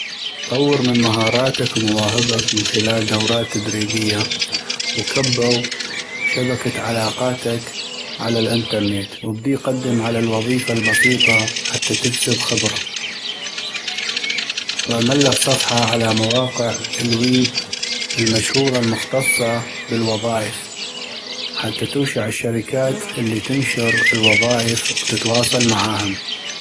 طور من مهاراتك و مواهبك من خلال دورات تدريبية وكبغ شبكة علاقاتك على الانترنت وابدي قدم على الوظيفة البسيطة حتى تكسب خبره ، وعملك صفحة على مواقع الويب المشهورة المختصة بالوظائف حتى تغشع الشركات اللي تنشر الوظائف وتتواصل معاهم